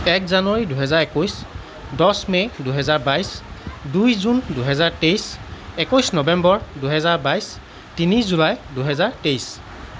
এক জানুৱাৰী দুইহেজাৰ একৈছ দহ মে দুইহেজাত বাইছ দুই জুন দুইহেজাৰ তেইছ একৈছ নবেম্বৰ দুইহেজাৰ বাইছ তিনি জুলাই দুহেজাৰ তেইছ